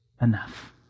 enough